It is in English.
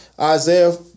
Isaiah